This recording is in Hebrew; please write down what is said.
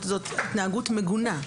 זאת התנהגות מגונה.